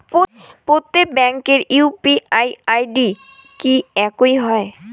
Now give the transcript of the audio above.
প্রত্যেক ব্যাংকের UPI ID কি একই হয়?